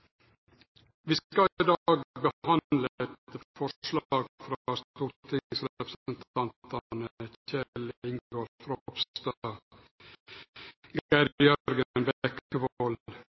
Vi skal i dag behandle eit forslag